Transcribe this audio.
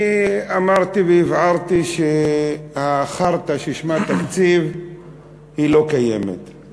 אני אמרתי והבהרתי שהחארטה ששמה תקציב היא לא קיימת,